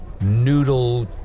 noodle